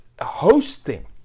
hosting